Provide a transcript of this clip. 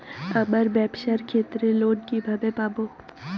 আমার ব্যবসার ক্ষেত্রে লোন কিভাবে পাব?